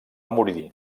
morir